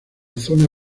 zona